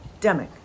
demic